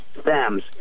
stems